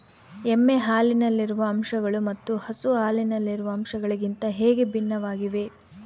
ಎಮ್ಮೆ ಹಾಲಿನಲ್ಲಿರುವ ಅಂಶಗಳು ಮತ್ತು ಹಸು ಹಾಲಿನಲ್ಲಿರುವ ಅಂಶಗಳಿಗಿಂತ ಹೇಗೆ ಭಿನ್ನವಾಗಿವೆ?